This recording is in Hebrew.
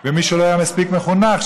ומי שלא היה מספיק מחונך,